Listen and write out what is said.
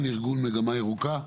ארגון מגמה ירוקה,